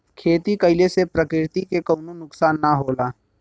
खेती कइले से प्रकृति के कउनो नुकसान ना होला